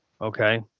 Okay